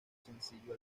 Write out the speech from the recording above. sencillo